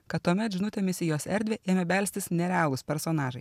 kad tuomet žinutėmis į jos erdvę ėmė belstis nerealūs personažai